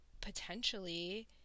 potentially